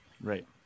Right